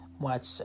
Watch